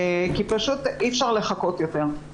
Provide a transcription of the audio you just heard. כי אי אפשר לחכות יותר.